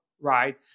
right